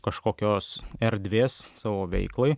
kažkokios erdvės savo veiklai